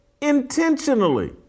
intentionally